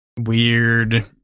weird